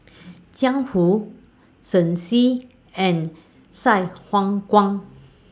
Jiang Hu Shen Xi and Sai Hua Kuan